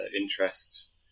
interest